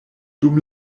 dum